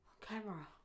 Camera